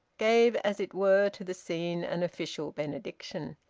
gave as it were to the scene an official benediction.